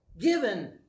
given